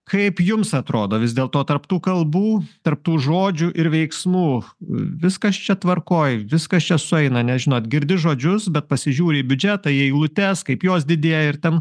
kaip jums atrodo vis dėl to tarp tų kalbų tarp tų žodžių ir veiksmų viskas čia tvarkoj viskas čia sueina nes žinot girdi žodžius bet pasižiūri į biudžetą į eilutes kaip jos didėja ir ten